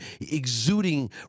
exuding